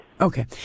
Okay